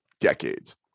decades